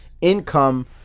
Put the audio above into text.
income